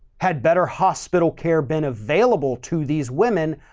had better hospital care, been available to these women?